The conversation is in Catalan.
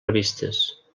revistes